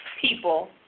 people